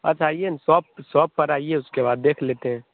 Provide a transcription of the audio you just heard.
अच्छा ना आइए ना शॉप शॉप पर आइए उसके बाद देख लेते हैं